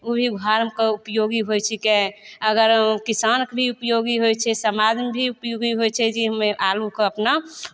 उ भी घरमे के उपयोगी होइ छीकै अगर किसानके भी उपयोगी होइ छै समाजमे भी उपयोगी होइ छै जाहिमे आलूके अपना